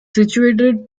situated